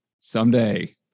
someday